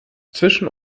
zwischen